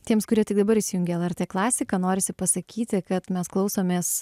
tiems kurie tik dabar įsijungė lrt klasiką norisi pasakyti kad mes klausomės